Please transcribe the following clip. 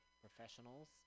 professionals